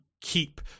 keep